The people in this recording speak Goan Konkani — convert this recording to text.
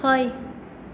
हय